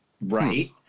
Right